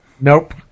Nope